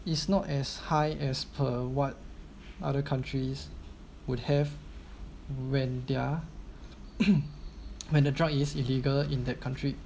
it's not as high as per what other countries would have when they're when the drug is illegal in that country